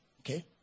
okay